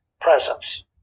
presence